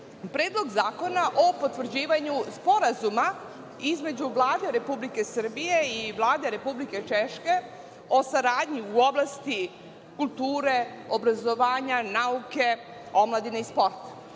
Predlog zakona o potvrđivanju Sporazuma između Vlade Republike Srbije i Vlade Republike Češke o saradnji u oblasti kulture, obrazovanja, nauke, omladine i sporta.